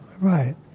Right